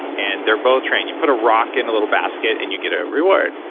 and they're both trained you put a rock in a little basket and you get a reward.